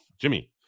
Jimmy